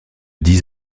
dix